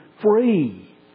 free